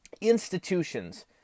institutions